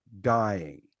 dying